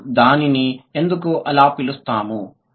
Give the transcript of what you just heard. మనం దానిని ఎందుకు ఆలా పిలుస్తాము